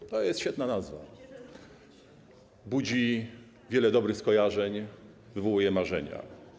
Nowy Ład to jest świetna nazwa, budzi wiele dobrych skojarzeń, wywołuje marzenia.